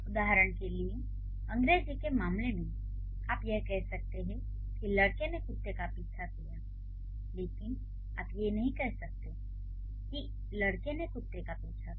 उदाहरण के लिए अंग्रेजी के मामले में आप कह सकते हैं कि लड़के ने कुत्ते का पीछा किया लेकिन आप यह नहीं कह सकते कि लड़के ने कुत्ते का पीछा किया